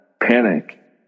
panic